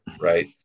right